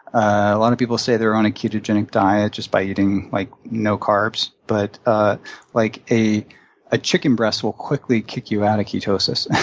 a lot of people say they're on a ketogenic diet just by eating like no carbs, but ah like a a chicken breast will quickly kick you out of ketosis.